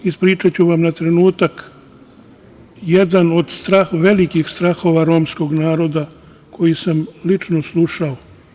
Ispričaću vam na trenutak jedan od velikih strahova romskog naroda koji sam lično slušao.